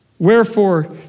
Wherefore